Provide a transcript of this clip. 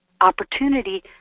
opportunity